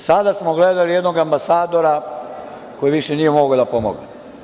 Sada smo gledali jednog ambasadora koji više nije mogao da pomogne.